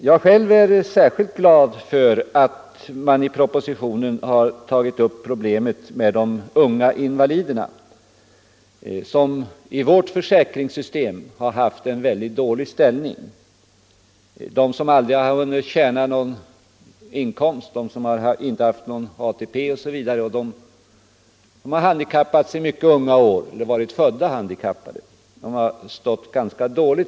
Personligen är jag särskilt nöjd för att man i propositionen har tagit upp problemet med de unga invaliderna som har haft en mycket dålig ställning i vårt försäkringssystem. Det gäller de som aldrig har hunnit tjäna några pengar, de som inte har haft någon ATP och de som är födda eller har blivit handikappade i mycket unga år.